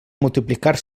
multiplicar